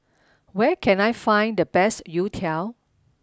where can I find the best Youtiao